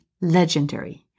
legendary